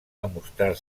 demostrar